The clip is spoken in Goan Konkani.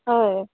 हय